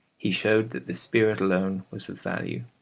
he showed that the spirit alone was of value.